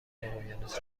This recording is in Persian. اقیانوس